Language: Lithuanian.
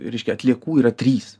reiškia atliekų yra trys